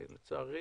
לצערי